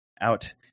out